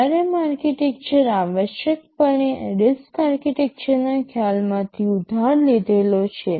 ARM architecture આવશ્યકપણે RISC આર્કિટેક્ચરલના ખ્યાલમાંથી ઉધાર લીધેલો છે